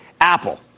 Apple